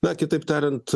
na kitaip tariant